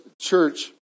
church